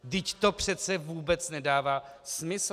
Vždyť to přece vůbec nedává smysl.